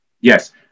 Yes